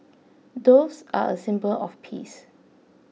doves are a symbol of peace